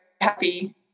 happy